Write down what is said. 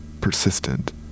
Persistent